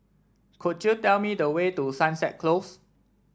could you tell me the way to Sunset Close